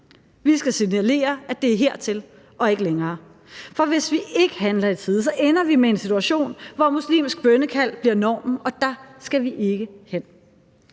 Vi skal signalere, at det er hertil og ikke længere, for hvis vi ikke handler i tide, ender vi med en situation, hvor muslimsk bønnekald bliver normen, og der skal vi ikke hen.